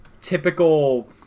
typical